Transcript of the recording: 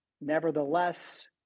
Nevertheless